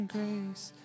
Grace